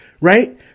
right